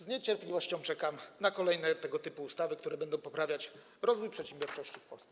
Z niecierpliwością czekam na kolejne tego typu ustawy, które będą pobudzać rozwój przedsiębiorczości w Polsce.